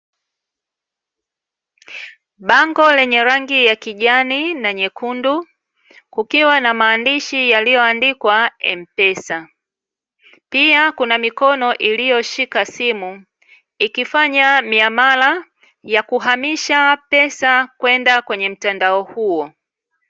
Bango lenye rangi ya kijani na nyekundu kukiwa na maandishi yaliyo andikwa "M-Pesa", pia kuna mikono iliyo shika simu ikifanya miamala ya kuhamisha pesa kwenda kwenye mtandao huo.